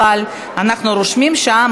אבל אנחנו רושמים שעה,